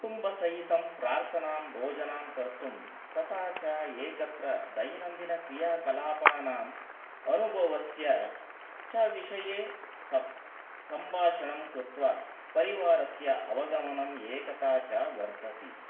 कुटम्बसहितं प्रार्थनां भोजनां कर्तुं तथा च एकत्र दैनन्दिनक्रिया कलापानाम् अनुभवस्य च विषये सप् सम्भाषणं कृत्वा परिवारस्य अवगमनम् एकता च वर्धति